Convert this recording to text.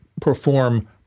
perform